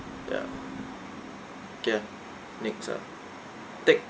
ya K ah next ah take